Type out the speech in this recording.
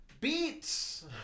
Beats